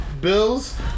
Bills